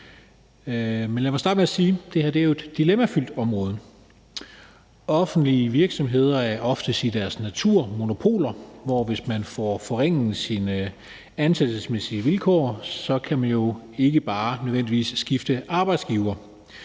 Men lad mig starte med at sige, at det her jo er et dilemmafyldt område. Offentlige virksomheder er oftest i deres natur monopoler, hvor man, hvis man får forringet sine ansættelsesmæssige vilkår, så ikke nødvendigvis bare kan skifte arbejdsgiver;